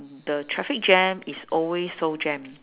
the traffic jam is always so jam